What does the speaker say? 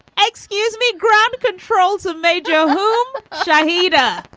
excuse me. ground control to major who ah um shot hita